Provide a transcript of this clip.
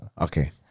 Okay